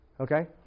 okay